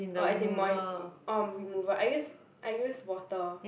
or as in moi~ orh remover I use I use water